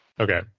Okay